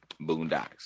Boondocks